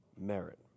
merit